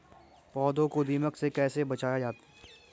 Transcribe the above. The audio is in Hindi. पौधों को दीमक से कैसे बचाया जाय?